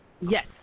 Yes